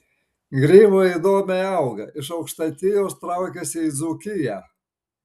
grybai įdomiai auga iš aukštaitijos traukiasi į dzūkiją